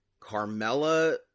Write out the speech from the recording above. Carmella